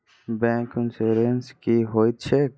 Bank insurance की होइत छैक?